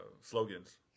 slogans